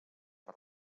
per